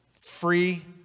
Free